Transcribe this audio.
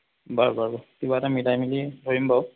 বাৰু বাৰু কিবা এটা মিলাই মিলি ধৰিম বাৰু